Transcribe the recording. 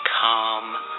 calm